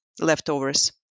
leftovers